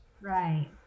right